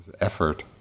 effort